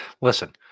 Listen